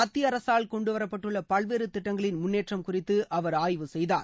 மத்திய அரசால் கொண்டுவரப்பட்டுள்ள பல்வேறு திட்டங்களின் முன்னேற்றம் குறித்து அவர் ஆய்வு செய்தார்